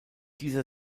dieser